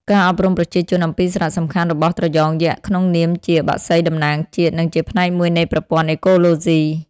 ការអប់រំប្រជាជនអំពីសារៈសំខាន់របស់ត្រយងយក្សក្នុងនាមជា បក្សីតំណាងជាតិ និងជាផ្នែកមួយនៃប្រព័ន្ធអេកូឡូស៊ី។